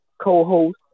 co-host